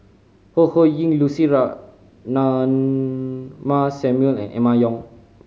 Ho Ho Ying Lucy Ratnammah Samuel and Emma Yong